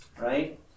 right